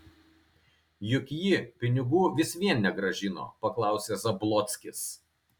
juk ji pinigų vis vien negrąžino paklausė zablockis